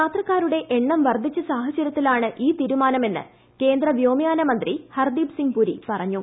യാത്രക്കാരുടെ എണ്ണം വർദ്ധിച്ച സാഹചര്യത്തിലാണ് ഈ തീരുമാനമെന്ന് കന്ദ്ര വ്യോമയാന മന്ത്രി ഹർദ്ദീപ്സിംഗ് പുരി പറഞ്ഞു